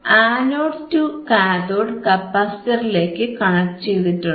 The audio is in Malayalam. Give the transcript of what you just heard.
ആനോഡ് ടു കാഥോഡ് കപ്പാസിറ്ററിലേക്ക് കണക്ട് ചെയ്തിട്ടുണ്ട്